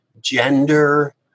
gender